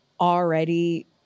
already